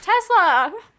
Tesla